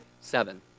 seven